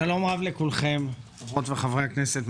שלום רב לכולכם חברות וחברי הכנסת.